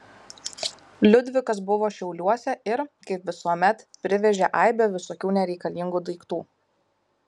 liudvikas buvo šiauliuose ir kaip visuomet privežė aibę visokių nereikalingų daiktų